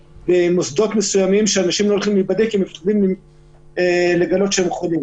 במוסדות מסוימים אנשים לא הולכים להיבדק כי הם מפחדים לגלות שהם חולים.